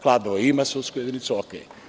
Kladovo ima sudsku jedinicu ok.